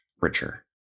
richer